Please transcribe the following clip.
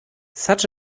such